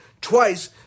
twice